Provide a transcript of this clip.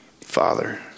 Father